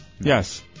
Yes